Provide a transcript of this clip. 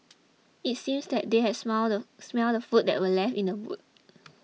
it seems that they had smell the smelt the food that were left in the boot